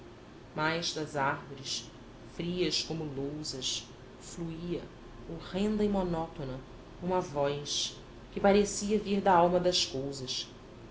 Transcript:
mas das árvores frias como lousas fluía horrenda e monótona uma voz tão grande tão profunda tão feroz que parecia vir da alma das cousas